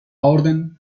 orden